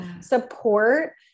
support